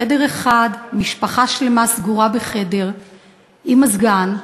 חדר אחד, משפחה שלמה סגורה בחדר עם מזגן,